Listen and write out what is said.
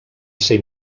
ser